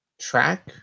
Track